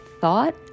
thought